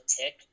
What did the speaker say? tick